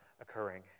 occurring